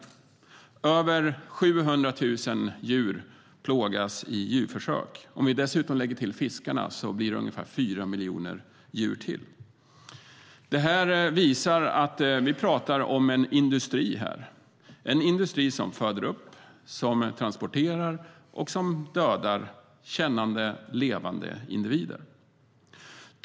Och över 700 000 djur plågas i djurförsök. Det är en industri som föder upp, transporterar och dödar kännande levande individer.